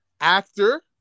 actor